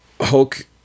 Hulk